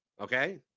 Okay